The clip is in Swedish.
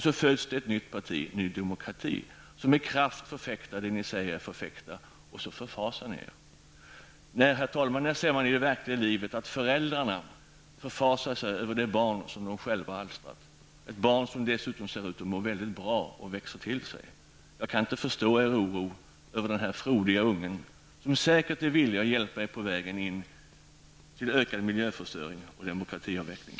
Då föds ett nytt parti, ny demokrati, som med kraft förfäktar det ni säger er förfäkta och ni förfasar er. Herr talman! Man ser här i det verkliga livet att föräldrarna förfasar sig över det barn som de själva har alstrat -- ett barn som dessutom ser ut att må väldigt bra och växer till sig. Jag kan inte förstå er oro över den här frodiga ungen, som säkert är villig att hjälpa er på vägen mot ökad miljöförstöring och demokratiavveckling.